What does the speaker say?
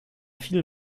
viel